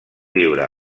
viure